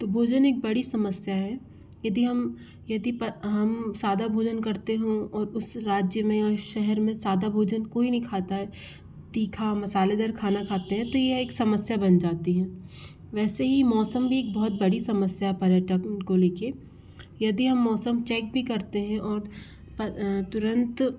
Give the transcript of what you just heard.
तो भोजन एक बड़ी समस्या है यदि हम यदि पर हम सादा भोजन करते हों और उस राज्य में या शहर में सादा भोजन कोई नई खाता है तीखा मसालेदार खाना खाते हैं तो यह एक समस्या बन जाती है वैसे ही मौसम भी एक बहुत बड़ी समस्या पर्यटन को लेके यदि हम मौसम चेक भी करते हैं ओर तुरंत